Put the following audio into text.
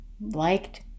liked